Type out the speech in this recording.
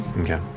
Okay